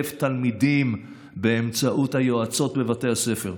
תלמידים באמצעות היועצות בבתי הספר.